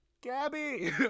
Gabby